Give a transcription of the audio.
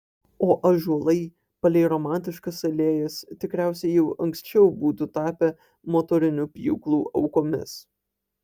o ąžuolai palei romantiškas alėjas tikriausiai jau anksčiau būtų tapę motorinių pjūklų aukomis